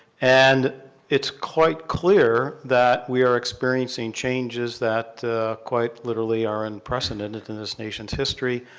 and it's quite clear that we are experiencing changes that quite literally are unprecedented in this nation's history.